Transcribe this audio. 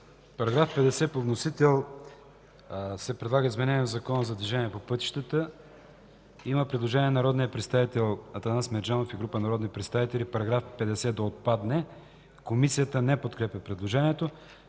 В § 50 по вносител се предлага изменение в Закона за движение по пътищата. Има предложение от народния представител Атанас Мерджанов и група народни представители § 50 да отпадне. Комисията не подкрепя предложението.